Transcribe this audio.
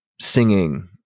Singing